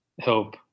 help